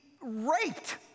raped